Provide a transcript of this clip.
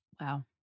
Wow